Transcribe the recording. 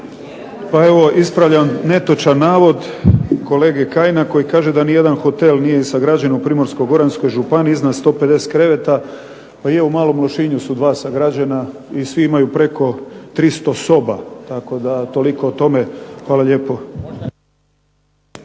Pa evo ispravljam netočan navod kolege Kajina koji kaže da nijedan hotel nije sagrađen u Primorsko-goranskoj županiji iznad 150 kreveta. Pa ima, u Malom Lošinju su dva sagrađena, i svi imaju preko 300 soba, tako da toliko o tome. Hvala lijepo.